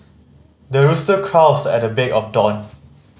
the rooster crows at the break of dawn